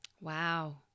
Wow